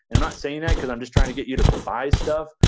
and i'm not saying that cause i'm just trying to get you to buy stuff.